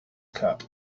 cup